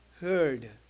heard